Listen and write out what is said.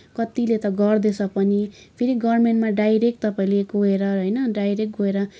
कतिले त गर्दैछ पनि फेरि गभर्मेन्टमा डाइरेक्ट तपाईँले गएर होइन डाइरेक्ट गएर